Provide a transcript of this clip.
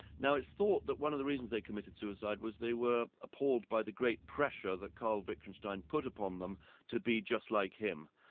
now it's thought that one of the reasons they committed suicide was they were appalled by the great pressure that karl wittgenstein put upon them to be just like him.